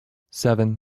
seven